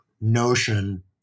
notion